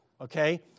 Okay